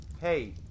hey